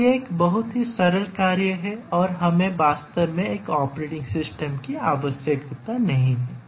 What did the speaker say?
तो यह एक बहुत ही सरल कार्य है और हमें वास्तव में एक ऑपरेटिंग सिस्टम की आवश्यकता नहीं है